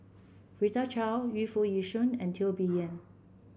Rita Chao Yu Foo Yee Shoon and Teo Bee Yen